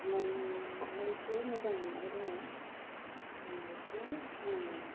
मोननैसो मोजां मोननाय दङ' आं बेखौनो बुंगोन